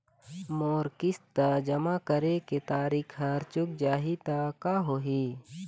मोर किस्त जमा करे के तारीक हर चूक जाही ता का होही?